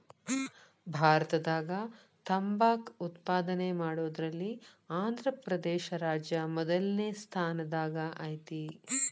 ಭಾರತದಾಗ ತಂಬಾಕ್ ಉತ್ಪಾದನೆ ಮಾಡೋದ್ರಲ್ಲಿ ಆಂಧ್ರಪ್ರದೇಶ ರಾಜ್ಯ ಮೊದಲ್ನೇ ಸ್ಥಾನದಾಗ ಐತಿ